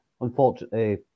unfortunately